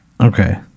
okay